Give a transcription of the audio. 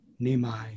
Nimai